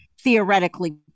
theoretically